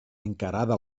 encarada